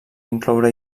incloure